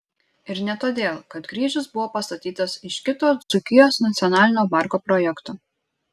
ir ne todėl kad kryžius buvo pastatytas iš kito dzūkijos nacionalinio parko projekto